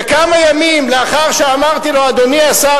שכמה ימים אחרי שאמרתי לו: אדוני השר,